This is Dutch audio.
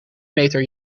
meter